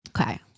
Okay